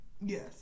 Yes